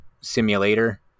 simulator